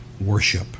worship